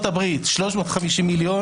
תכף נראה אם גם 2022,